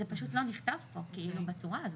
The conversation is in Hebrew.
זה פשוט לא נכתב פה בצורה הזאת.